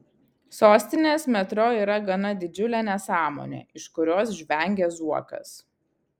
sostinės metro yra gana didžiulė nesąmonė iš kurios žvengia zuokas